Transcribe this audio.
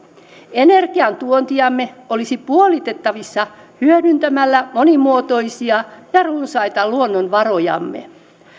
energiantuontimme olisi puolitettavissa hyödyntämällä monimuotoisia ja runsaita luonnonvarojamme